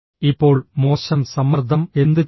ഇപ്പോൾ മോശം സമ്മർദ്ദം എന്തുചെയ്യും